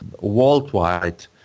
worldwide